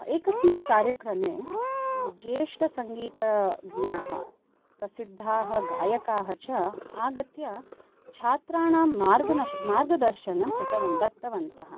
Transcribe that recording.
एकस्मिन् कार्यक्रमे ज्येष्टसङ्गीतज्ञाः प्रसिद्धाः गायकाः च आगत्य छात्राणां मार्गदर्शनं कृतवन्तः दत्तवन्तः